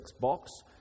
box